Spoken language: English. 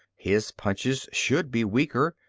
his punches should be weaker.